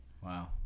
Wow